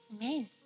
Amen